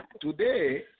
Today